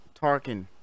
Tarkin